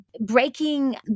breaking